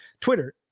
Twitter